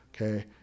Okay